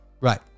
Right